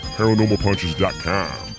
ParanormalPunches.com